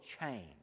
change